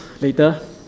later